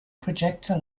projector